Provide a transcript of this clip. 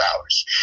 hours